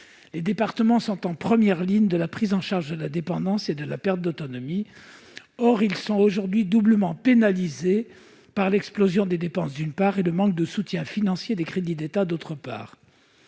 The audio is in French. Les départements sont en première ligne dans la prise en charge de la dépendance et de la perte d'autonomie. Or ils sont aujourd'hui doublement pénalisés par l'explosion des dépenses, d'une part, et le manque de soutien financier des crédits d'État, d'autre part.